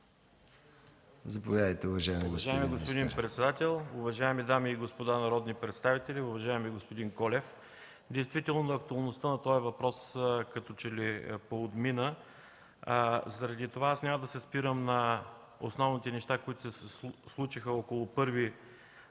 Заповядайте, уважаеми господин министър,